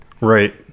Right